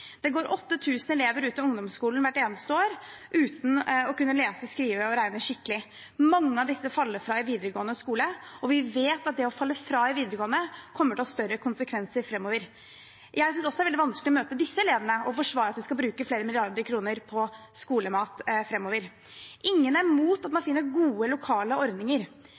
elever går ut av ungdomsskolen hvert eneste år uten å kunne lese, skrive og regne skikkelig. Mange av disse faller fra i videregående skole, og vi vet at det å falle fra i videregående kommer til å ha større konsekvenser framover. Jeg synes også det er veldig vanskelig å møte disse elevene og forsvare at vi skal bruke flere milliarder kroner på skolemat framover. Ingen er mot at man finner gode lokale ordninger.